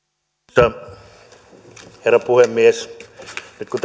arvoisa herra puhemies nyt kun